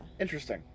Interesting